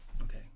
okay